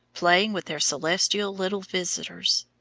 playing with their celestial little visitors.